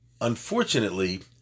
unfortunately